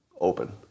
open